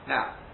Now